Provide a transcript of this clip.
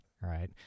Right